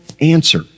answer